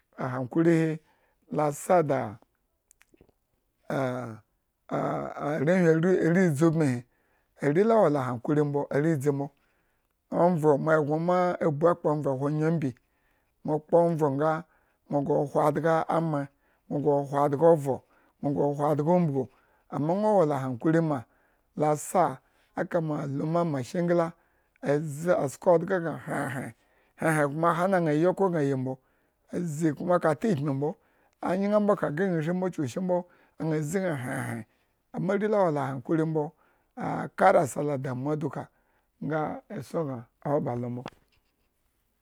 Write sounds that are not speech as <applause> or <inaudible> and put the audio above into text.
A hankuri la sa da <hesitation> arenwhi ariʒi ubinhi arenwhi a wo la hankuri mbo a riʒi mbo, ovo, me eggon ma abu akpo ovo a ho anyu ambi nwo akpo nga nwo ga hwo adaga amhre, nwo ga hwo adaga ov. nwoga hwo adaga umbugu amma nwo wola hankuri ma la sa aka ma lume mashingla aʒi-asko adaga bañ hren-hren, hren hrenkuma a hana ña ayi eko bag yi mbo, aʒi kuma aka ekpmi mbo, anyang mbo kaga ña shi mbo chuku shi mbo, ana ʒi ña hren-hren, amma ari la wo la hankuri mbo a-akarasa ladam duka nga esongan a wo ba lo bo.